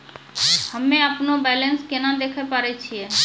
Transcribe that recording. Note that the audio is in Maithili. हम्मे अपनो बैलेंस केना देखे पारे छियै?